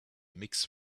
mix